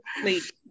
Please